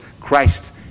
Christ